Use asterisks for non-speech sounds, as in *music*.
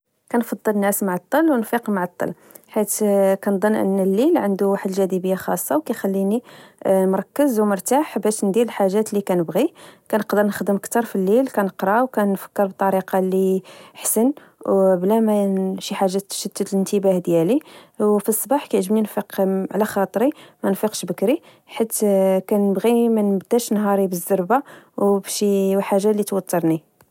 كنفضل نعس معطل ونفيق معطل، حيث كنضن أن الليل عندو جاذبية خاصة و كيخليني مركز ومرتاح باش ندير الحاجات اللي كنبغي. كنقدر نخدم كتر فالليل ، كنقرا، وكنفكر بطريقة لحسن بلا ما *hesitation* شحاجة تشتت الإنتباه ديالي. فالصباح، كعجبني نفيق على خاطري، منفيقش بكري منبداش نهاري حيت كنبغي منبداش نهاري بزربة أو *hesitation* بشيحاجة لتوترني